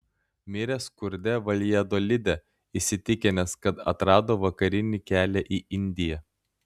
mirė skurde valjadolide įsitikinęs kad atrado vakarinį kelią į indiją